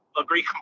agree